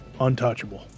untouchable